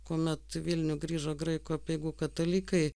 kuomet į vilnių grįžo graikų apeigų katalikai